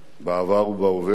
בעבר ובהווה,